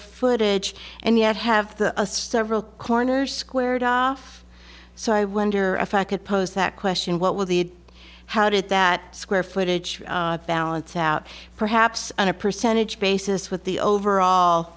footage and yet have the several corners squared off so i wonder if i could pose that question what will the how did that square footage balance out perhaps on a percentage basis with the overall